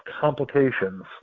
complications